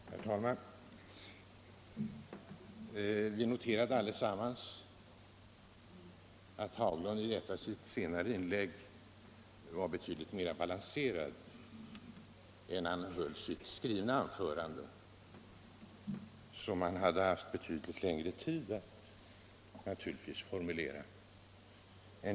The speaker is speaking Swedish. Herr talman! Vi noterade alla att herr Haglund i sitt senaste inlägg var betydligt mera balanserad än han var när han höll sitt skrivna anförande, som han hade haft betydligt längre tid att formulera.